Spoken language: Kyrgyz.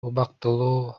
убактылуу